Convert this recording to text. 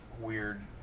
weird